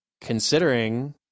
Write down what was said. considering